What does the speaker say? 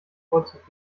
vorzug